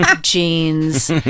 jeans